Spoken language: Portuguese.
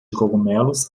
cogumelos